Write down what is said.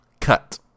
cut